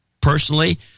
personally